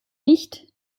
nicht